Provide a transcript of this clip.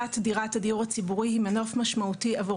שרכישת דירת הדיור הציבורי היא מנוף משמעותי עבור